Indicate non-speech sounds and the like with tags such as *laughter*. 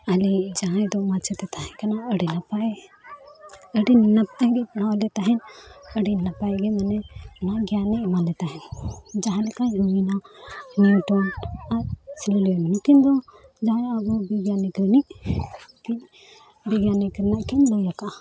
ᱟᱞᱮ ᱡᱟᱦᱟᱭ ᱫᱚ ᱢᱟᱪᱮᱫ ᱮ ᱛᱟᱦᱮᱸ ᱠᱟᱱᱟ ᱟᱹᱰᱤ ᱱᱟᱯᱟᱭ ᱟᱹᱰᱤ ᱱᱟᱯᱟᱭᱜᱮ ᱯᱟᱲᱦᱟᱣᱞᱮ ᱛᱟᱦᱮᱱ ᱟᱹᱰᱤ ᱱᱟᱯᱟᱭ ᱜᱮ ᱢᱟᱱᱮ ᱢᱚᱡᱽ ᱜᱮᱭᱟᱱᱮ ᱮᱢᱟᱞᱮ ᱛᱟᱦᱮᱱ ᱡᱟᱦᱟᱸ ᱞᱮᱠᱟ ᱤᱧ ᱦᱚᱸ ᱱᱤᱭᱩᱴᱚᱱ ᱟᱨ *unintelligible* ᱱᱩᱠᱤᱱ ᱫᱚ ᱡᱟᱦᱟᱭᱟᱜ ᱵᱤᱜᱽᱜᱟᱱᱤ ᱠᱟᱹᱦᱱᱤ ᱵᱤᱜᱽᱜᱟᱱᱤ ᱠᱷᱚᱱᱟᱜ ᱠᱤᱱ ᱞᱟᱹᱭ ᱠᱟᱜᱼᱟ